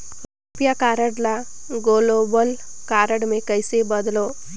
रुपिया कारड ल global card मे कइसे बदलव?